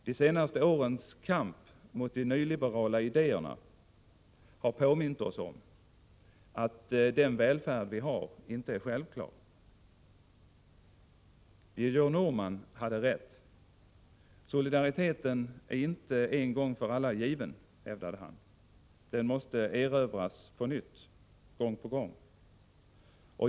De senaste årens kamp mot de nyliberala idéerna har påmint oss om att den välfärd vi har inte är sjävklar. Birger Norman hade rätt. Solidariteten är inte en gång för alla given. Den måste gång på gång erövras på nytt.